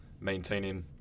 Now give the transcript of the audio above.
maintaining